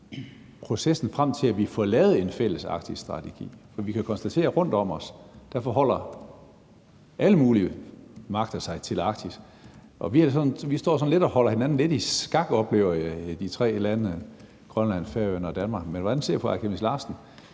processen frem til, at vi får lavet en fælles arktisk strategi? For vi kan konstatere, at rundt om os forholder alle mulige magter sig til Arktis, og vi står og holder hinanden sådan lidt i skak, oplever jeg – de tre lande Grønland, Færøerne og Danmark. Men hvordan ser fru Aaja Chemnitz Larsen